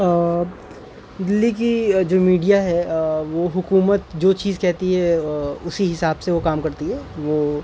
دہلی کی جو میڈیا ہے وہ حکومت جو چیز کہتی ہے اسی حساب سے وہ کام کرتی ہے وہ